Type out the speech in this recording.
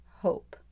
hope